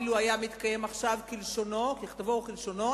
אילו היו מתקיים עכשיו ככתבו וכלשונו,